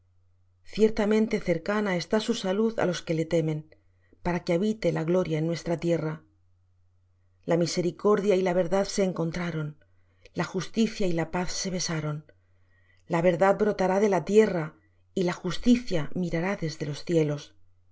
ciertamente cercana está su salud á los que le temen para que habite la gloria en nuestra tierra la misericordia y la verdad se encontraron la justicia y la paz se besaron la verdad brotará de la tierra y la justicia mirará desde los cielos